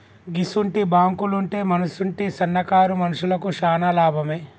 గిసుంటి బాంకులుంటే మనసుంటి సన్నకారు మనుషులకు శాన లాభమే